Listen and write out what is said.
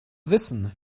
wissen